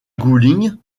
environ